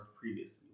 previously